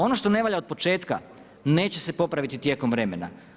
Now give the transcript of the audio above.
Ono što ne valja od početka neće se popraviti tijekom vremena.